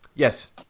Yes